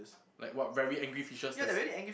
like what very angry fishes that's